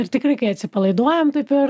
ir tikrai kai atsipalaiduojam tai per